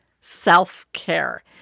Self-care